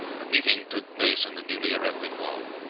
the meeting took place in the newly erected hall.